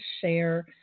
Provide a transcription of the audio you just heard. share